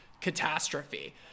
catastrophe